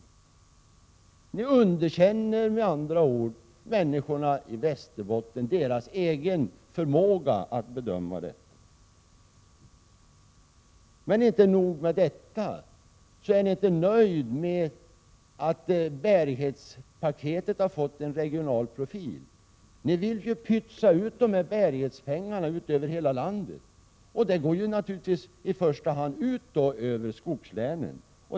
Ni underkänner människornas i Västerbotten förmåga att bedöma denna fråga. Men inte nog med detta. Ni är inte nöjda med att bärighetspaketet har fått en regional profil. Ni vill pytsa ut de s.k. bärighetspengarna över hela landet, och detta går naturligtvis i första hand ut över skogslänen.